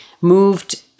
moved